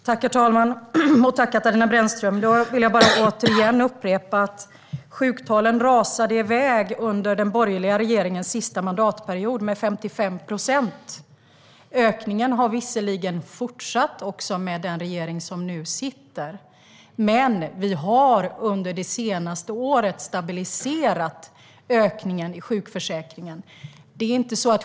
Herr talman! Tack, Katarina Brännström! Jag vill återigen upprepa att sjuktalen rasade iväg med 55 procent under den borgerliga regeringens sista mandatperiod. Ökningen har visserligen fortsatt under den regering som nu sitter, men vi har under det senaste året stabiliserat ökningen i sjukförsäkringen.